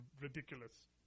ridiculous